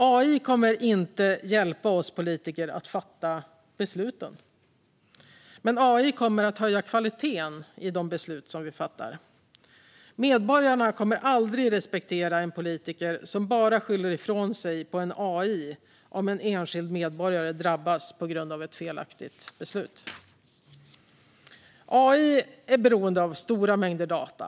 AI kommer inte att hjälpa oss politiker att fatta besluten, men AI kommer att höja kvaliteten i de beslut vi fattar. Medborgarna kommer aldrig att respektera en politiker som bara skyller ifrån sig på AI om en enskild medborgare drabbas på grund av ett felaktigt beslut. AI är beroende av stora mängder data.